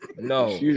No